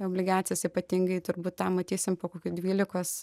obligacijas ypatingai turbūt tą matysim po kokių dvylikos